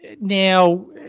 Now